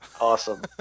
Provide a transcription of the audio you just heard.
Awesome